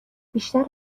بیشتر